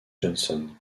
johnson